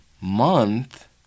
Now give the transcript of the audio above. month